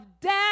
death